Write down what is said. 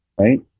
Right